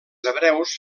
hebreus